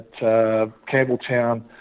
Campbelltown